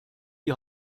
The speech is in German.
die